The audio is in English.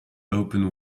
open